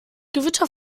gewitter